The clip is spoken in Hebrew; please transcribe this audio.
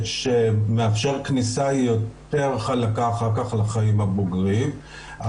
שמאפשר כניסה יותר חלקה אחר כך לחיים הבוגרים.